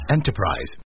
Enterprise